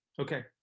Okay